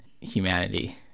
humanity